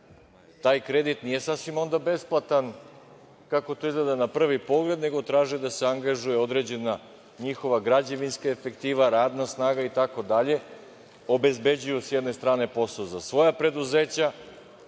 Taj kredit nije sasvim besplatan, kako to izgleda na prvi pogled, nego traže da se angažuje određena njihova građevinska efektiva, radna snaga, itd. Oni obezbeđuju, s jedne strane, posao za svoja preduzeća,